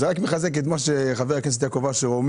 זה רק מחזק את מה שאמר חבר הכנסת יעקב אשר.